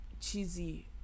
cheesy